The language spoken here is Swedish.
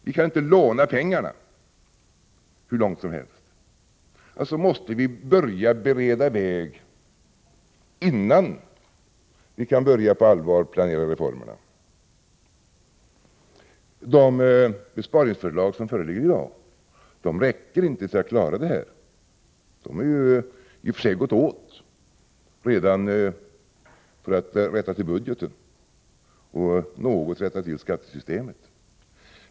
Vi kan inte låna pengarna i hur stor utsträckning som helst. Alltså måste vi börja bereda vägen, innan vi kan börja att på allvar planera reformerna. De pengar vi skulle få över genom de besparingsförslag som föreligger i dag räcker inte för att klara detta. De har i och för sig redan gått åt för att rätta till budgeten och något rätta till skattesystemet.